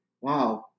wow